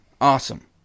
Awesome